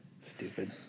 Stupid